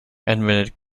admitted